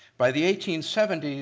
by the eighteen seventy s,